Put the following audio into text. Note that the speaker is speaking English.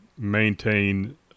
maintain